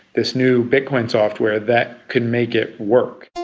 this new bitcoin software that can make it work.